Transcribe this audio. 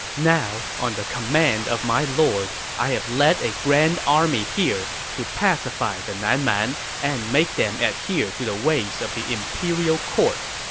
now, on the command of my lord, i have led a grand army here to pacify the nan man and make them adhere to the ways of the imperial court.